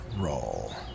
roll